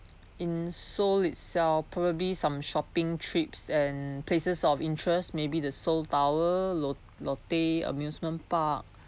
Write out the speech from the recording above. in seoul itself probably some shopping trips and places of interest maybe the seoul tower lo~ lotte amusement park